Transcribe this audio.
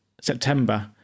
September